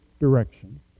direction